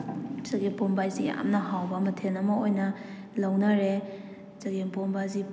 ꯆꯒꯦꯝ ꯄꯣꯝꯕ ꯍꯥꯏꯁꯤ ꯌꯥꯝꯅ ꯍꯥꯎꯕ ꯃꯊꯦꯜ ꯑꯃ ꯑꯣꯏꯅ ꯂꯧꯅꯔꯦ ꯆꯒꯦꯝ ꯄꯣꯝꯕ ꯑꯁꯤ